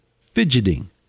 fidgeting